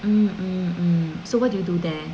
mm mm mm so what do you do there